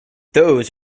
those